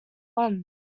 one